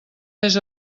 més